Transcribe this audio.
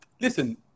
listen